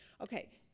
Okay